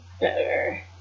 better